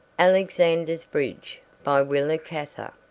alexander's bridge by willa cather